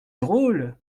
drôle